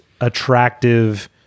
attractive